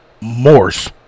Morse